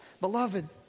Beloved